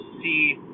see